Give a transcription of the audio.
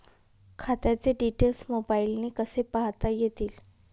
खात्याचे डिटेल्स मोबाईलने कसे पाहता येतील?